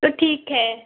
तो ठीक है